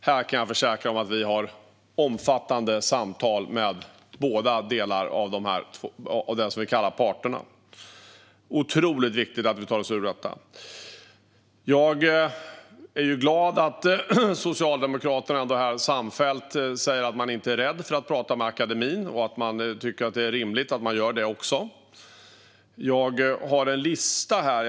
Jag kan försäkra att vi har omfattande samtal med båda delar av dem som vi kallar parterna. Det är otroligt viktigt att vi tar oss ur detta. Jag är glad att Socialdemokraterna här samfällt säger att man inte är rädd för att prata med akademin och att det är rimligt att göra det. Jag har en lista här.